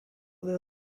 their